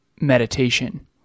meditation